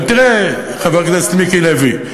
אבל תראה, חבר הכנסת מיקי לוי,